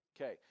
Okay